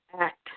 act